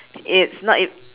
it's not ev~